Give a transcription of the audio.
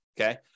Okay